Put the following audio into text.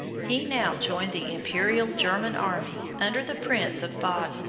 he now joined the imperial german army under the prince of baden.